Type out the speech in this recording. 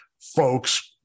folks